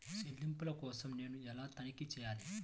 చెల్లింపుల కోసం నేను ఎలా తనిఖీ చేయాలి?